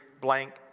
blank